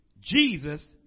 Jesus